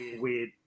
weird